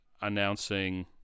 announcing